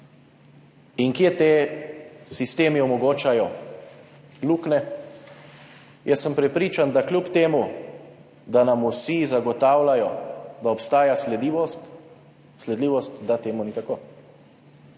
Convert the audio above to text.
In kje ti sistemi omogočajo luknje? Jaz sem prepričan, da kljub temu, da nam vsi zagotavljajo, da obstaja sledljivost, da ni tako,